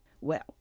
Well